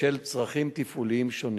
בשל צרכים תפעוליים שונים.